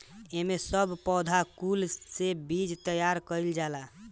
एमे सब पौधा कुल से बीज तैयार कइल जाला